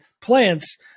plants